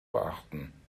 beachten